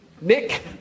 Nick